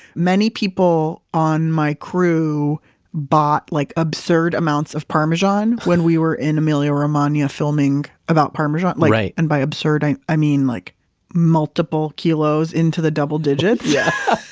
many people on my crew bought like absurd amounts of parmesan when we were in emilia-romagna filming about parmesan. like and by absurd, i i mean like multiple kilos into the double digits yeah